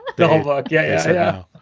the whole book. yeah yes. yeah